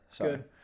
Good